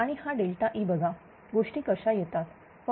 आणि हा ΔE बघा गोष्टी कशा येतात